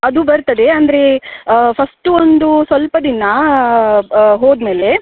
ಅದು ಬರ್ತದೆ ಅಂದರೆ ಫಸ್ಟ್ ಒಂದು ಸ್ವಲ್ಪ ದಿನ ಹೋದ ಮೇಲೆ